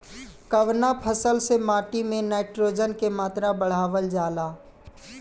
कवना फसल से माटी में नाइट्रोजन के मात्रा बढ़ावल जाला?